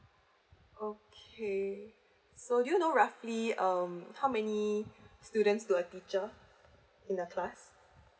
okay so you know roughly um how many students to a teacher in the class